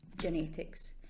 genetics